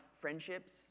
friendships